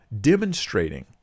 demonstrating